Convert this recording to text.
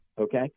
Okay